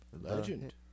Legend